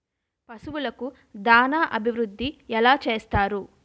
పశువులకు దాన అభివృద్ధి ఎలా చేస్తారు?